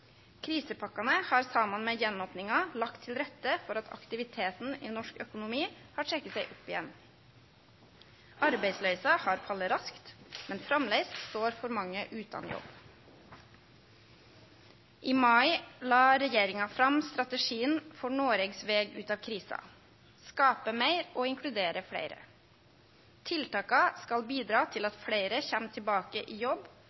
har saman med gjenopninga lagt til rette for at aktiviteten i norsk økonomi har teke seg opp igjen. Arbeidsløysa har falle raskt, men framleis står for mange utan jobb. I mai la regjeringa fram strategien for Noregs veg ut av krisa: skape meir og inkludere fleire. Tiltaka skal bidra til at fleire kjem tilbake i jobb,